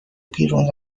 بیرون